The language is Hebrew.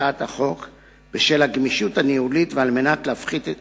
בשם הגמישות הניהולית וכדי להפחית את